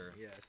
Yes